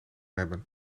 hebben